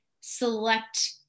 select